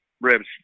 Ribs